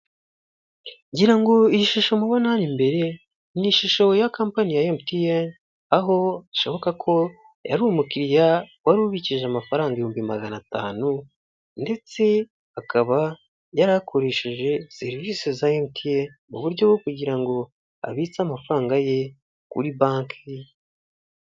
Ngirango iyi shusho mubona hano imbere ni ishusho ya kampani ya emutiyeni aho bishoboka ko yari umukiriya wari ubikije amafaranga ibihumbi magana atanu, ndetse akaba yari akoresheje serivisi za emutiyeni mu buryo bwo kugira ngo abitse amafaranga ye kuri banki.